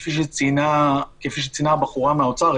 כפי שציינה אפרת מהאוצר.